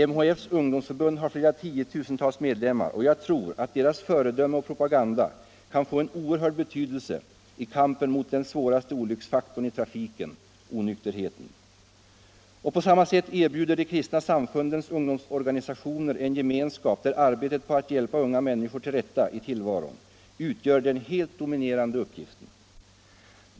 MHF:s ungdomsförbund har flera tiotusental medlemmar, och jag tror att deras föredöme och propaganda kan få en oerhörd betydelse i kampen mot den svåraste olycksfallsfaktorn i trafiken, onykterheten. På samma sätt erbjuder de kristna samfundens ungdomsorganisationer en gemenskap, där arbetet på att hjälpa unga människor till rätta i tillvaron utgör den helt dominerande uppgiften.